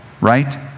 Right